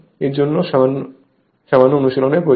এর জন্য সামান্য অনুশীলন এর প্রয়োজন